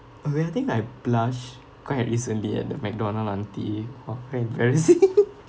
oh ya I think I blush quite recently at the McDonald auntie oh very embarrassing